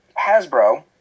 Hasbro